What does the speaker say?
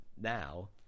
now